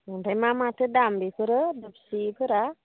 ओमफ्राय मा माथो दाम बेफोरो डेक्सिफोरा